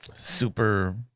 Super